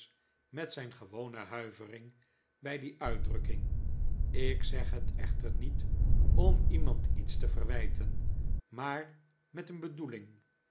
met zijn gewone huivering bij die uitdrukking ik zeg het echter niet om iemand iets te verwijten maar met een bedoeling